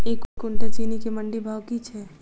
एक कुनटल चीनी केँ मंडी भाउ की छै?